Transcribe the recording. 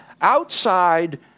outside